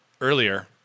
earlier